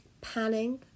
panning